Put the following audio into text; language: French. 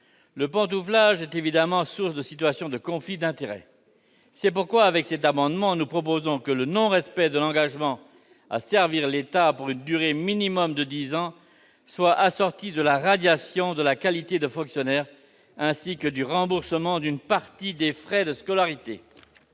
Il est évidemment source de situations de conflits d'intérêts. C'est pourquoi nous proposons que le non-respect de l'engagement à servir l'État pour une durée minimum de dix ans soit assorti de la radiation de la qualité de fonctionnaire, ainsi que du remboursement d'une partie des frais de scolarité.